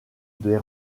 des